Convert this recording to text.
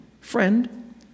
Friend